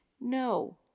No